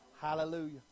Hallelujah